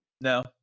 No